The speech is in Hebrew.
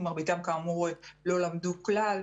ומרביתם, כאמור, לא למדו כלל.